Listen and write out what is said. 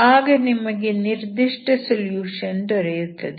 ಆಗ ನಿಮಗೆ ನಿರ್ದಿಷ್ಟ ಸೊಲ್ಯೂಶನ್ ದೊರೆಯುತ್ತದೆ